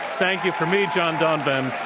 thank you from me, john donvan,